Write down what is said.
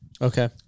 Okay